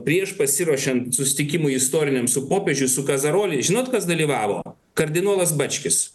prieš pasiruošian susitikimui istoriniam su popiežiu su kazarole žinot kas dalyvavo kardinolas bačkis